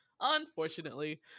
Unfortunately